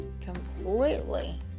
completely